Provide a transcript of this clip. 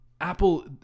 Apple